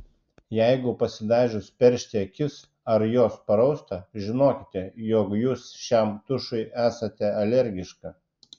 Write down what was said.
jeigu pasidažius peršti akis ar jos parausta žinokite jog jūs šiam tušui esate alergiška